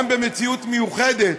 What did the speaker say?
גם במציאות מיוחדת,